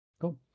Cool